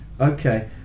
Okay